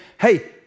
hey